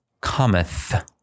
cometh